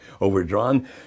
Overdrawn